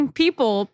people